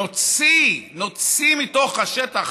נוציא מתוך השטח